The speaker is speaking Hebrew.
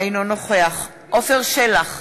אינו נוכח עפר שלח,